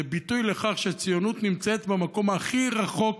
זה ביטוי לכך שהציוניות נמצאת במקום הכי רחוק